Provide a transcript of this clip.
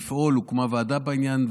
הוקמה ועדה בעניין,